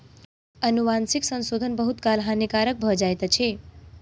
अनुवांशिक संशोधन बहुत काल हानिकारक भ जाइत अछि